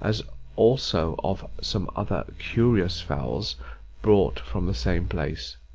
as also of some other curious fowls brought from the same place.